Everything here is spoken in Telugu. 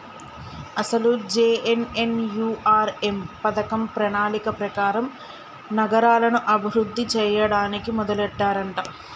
అసలు జె.ఎన్.ఎన్.యు.ఆర్.ఎం పథకం ప్రణాళిక ప్రకారం నగరాలను అభివృద్ధి చేయడానికి మొదలెట్టారంట